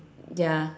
ya